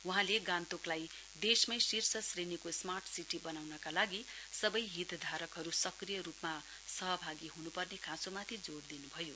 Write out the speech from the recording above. वहाँले गान्तोकलाई देशकै शीर्ष श्रेणीको स्मार्ट सिटी बनाउनका लागि सबै हितधारकहरु सक्रिय रुपमा मांग सहभागी हुनुपर्ने खाँचोमाथि जोड़ दिनुभयो